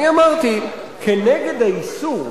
אני אמרתי: כנגד האיסור,